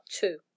two